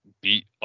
beat